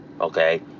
okay